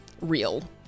real